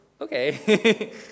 okay